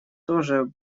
тоже